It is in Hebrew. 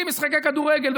במשחקי כדורגל.